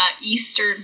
eastern